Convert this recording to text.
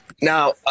Now